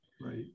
Right